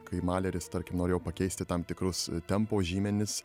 kai maleris tarkim norėjo pakeisti tam tikrus tempo žymenis